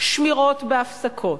שמירות בהפסקות,